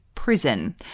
prison